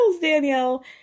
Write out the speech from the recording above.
Danielle